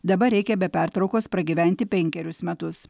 dabar reikia be pertraukos pragyventi penkerius metus